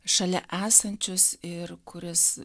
šalia esančius ir kuris